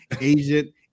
Asian